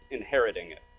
inheriting it.